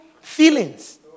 feelings